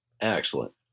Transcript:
excellent